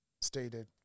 stated